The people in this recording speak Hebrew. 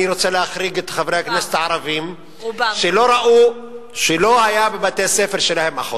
אני רוצה להחריג את חברי הכנסת הערבים שלא היתה אחות בבתי-הספר שלהם.